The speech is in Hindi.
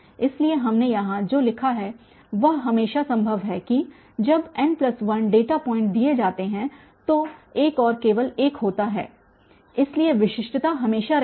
इसलिए हमने यहाँ जो लिखा है वह हमेशा संभव है कि जबn1 डेटा पॉइंट दिए जाते हैं तो एक और केवल एक होता है इसलिए विशिष्टता हमेशा रहती है